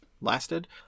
lasted